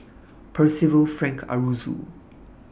Percival Frank Aroozoo